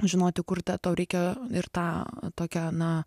žinoti kur tą tau reikia ir tą tokią na